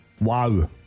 wow